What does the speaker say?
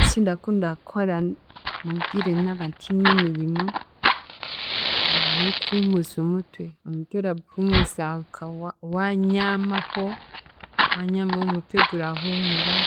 Ekindakunda kukora mu bwire naaba ntiine emirimo, hariho okuhuumuza omutwe, omutwe orauhuumuza nka wa- waanyaamaho, waanyaamaho omutwe gurahuumura,